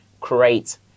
create